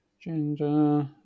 gender